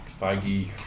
Feige